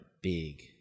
big